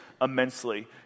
immensely